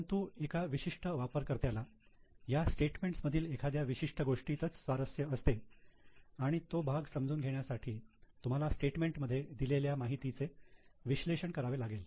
परंतु एका विशिष्ट वापरकर्त्याला ह्या स्टेटमेंट्स मधील एखाद्या विशिष्ट गोष्टीतच स्वारस्य असते आणि तो भाग समजून घेण्यासाठी तुम्हाला स्टेटमेंट मध्ये दिलेल्या माहितीचे विश्लेषण करावे लागेल